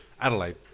Adelaide